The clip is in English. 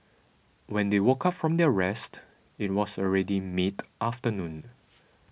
when they woke up from their rest it was already mid afternoon